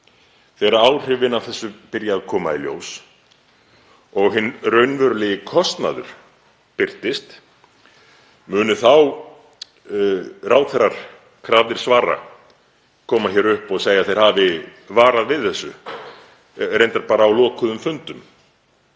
þegar áhrifin af þessu byrja að koma í ljós og hinn raunverulegi kostnaður birtist, munu þá ráðherrar, krafðir svara, koma hér upp og segja að þeir hafi varað við þessu, reyndar bara á lokuðum fundum,